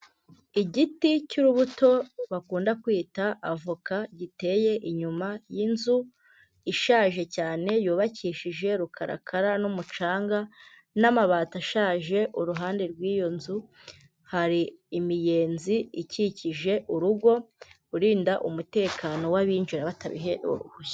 Igiti cy'urubuto bakunda kwita avoka giteye inyuma y'inzu, ishaje cyane yubakishije rukarakara n'umucanga, n'amabati ashaje, uruhande rw'iyo nzu hari imiyenzi ikikije urugo, urinda umutekano w'abinjira batabiherewe uruhushya.